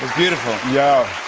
beautiful. yeah.